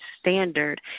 standard